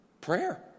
Prayer